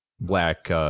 Black